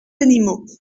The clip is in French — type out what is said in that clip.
animaux